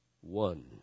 one